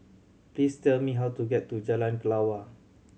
please tell me how to get to Jalan Kelawar